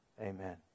Amen